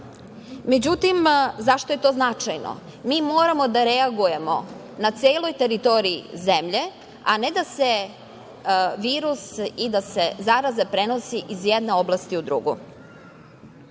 Međutim, zašto je to značajno? Mi moramo da reagujemo na celoj teritoriji zemlje, a ne da se virus i da se zaraza prenosi iz jedne oblasti u drugu. Što